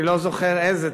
אני לא זוכר איזה,